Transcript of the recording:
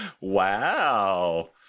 Wow